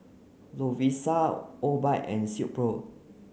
Lovisa Obike and Silkpro